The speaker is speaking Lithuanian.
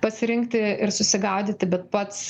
pasirinkti ir susigaudyti bet pats